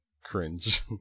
cringe